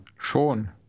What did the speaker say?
Schon